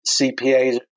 CPAs